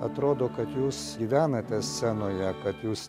atrodo kad jūs gyvenate scenoje kad jūs